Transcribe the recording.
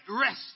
rest